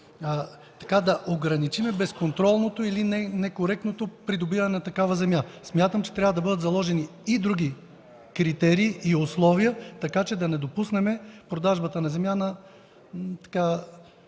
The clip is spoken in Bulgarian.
да ограничим безконтролното или некоректното придобиване на такава земя. Смятам, че трябва да бъдат заложени и други критерии и условия, така че да не допуснем продажбата на земя на